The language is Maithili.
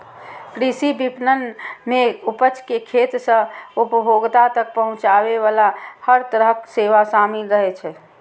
कृषि विपणन मे उपज कें खेत सं उपभोक्ता तक पहुंचाबे बला हर तरहक सेवा शामिल रहै छै